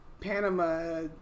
Panama